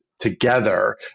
together